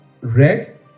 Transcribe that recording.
red